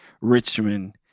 Richmond